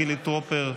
חילי טרופר,